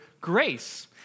grace